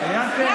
סיימתם?